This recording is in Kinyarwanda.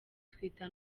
twita